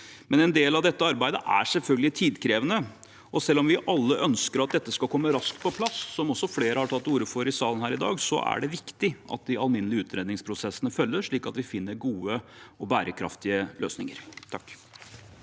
men en del av dette arbeidet er selvfølgelig tidkrevende, og selv om vi alle ønsker at dette skal komme raskt på plass – som også flere har tatt til orde for i salen her i dag – er det viktig at de alminnelige utredningsprosessene følges, slik at vi finner gode og bærekraftige løsninger.